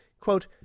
Quote